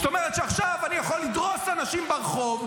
זאת אומרת שעכשיו אני יכול לדרוס אנשים ברחוב,